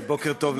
בוקר טוב לך.